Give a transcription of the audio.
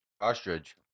Ostrich